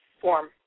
form